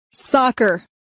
soccer